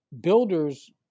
builders